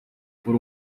por